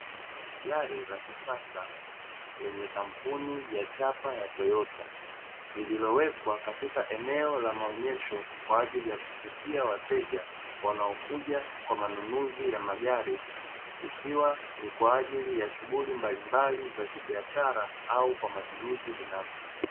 Gari la kisasa lenye kampuni ya chapa ya toyota, lililowekwa katika eneo la maonyesho kwaajili ya kuvutia wateja wanaokuja kwa manunuzi ya magari mbalimbali, ikiwa ni kwaajili ya shughuli mbalimbali za kibiashara au kwa matumizi binafsi.